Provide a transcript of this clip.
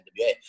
NWA